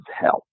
help